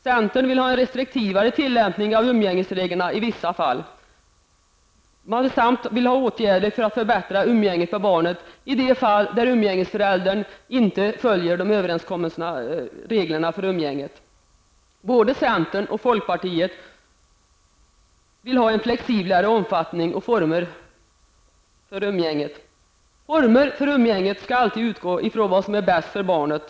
Centern vill ha en restriktivare tillämpning av umgängesreglerna i vissa fall samt åtgärder för att förbättra umgänget med barnet i de fall där umgängesföräldern inte följer de överenskomna reglerna för umgänget. Både centern och folkpartiet vill ha en flexiblare omfattning av och former för umgänget. Former för umgänget skall alltid utgå ifrån vad som är bäst för barnet!